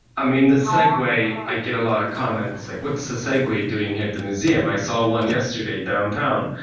i mean, the segway, i get a lot of comments, like, what's the segway doing here at the museum? i saw one yesterday downtown.